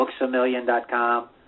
BooksAMillion.com